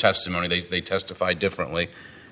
testimony they may testify differently